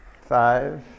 five